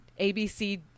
ABC